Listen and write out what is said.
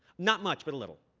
not much, but a little.